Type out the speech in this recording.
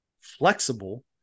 flexible